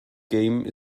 game